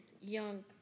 young